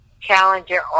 Challenger